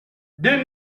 deux